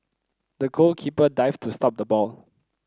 the goalkeeper dived to stop the ball